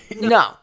No